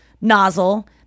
nozzle